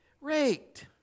raked